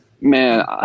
Man